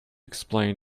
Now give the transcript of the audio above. explain